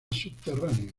subterránea